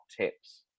tips